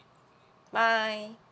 bye